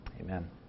Amen